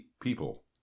people